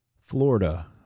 florida